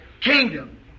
kingdom